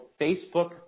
Facebook